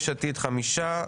יש עתיד חמישה,